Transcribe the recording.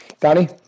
Danny